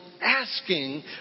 asking